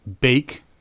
bake